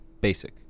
basic